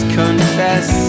confess